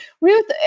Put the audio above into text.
Ruth